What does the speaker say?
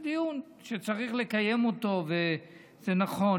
זה דיון שצריך לקיים אותו וזה נכון,